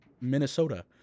Minnesota